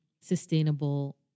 sustainable